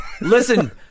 listen